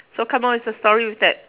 so come up with a story with that